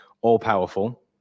all-powerful